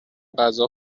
غذا